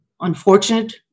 unfortunate